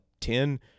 ten